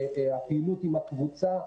הפעילות עם הקבוצה.